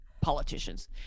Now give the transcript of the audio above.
politicians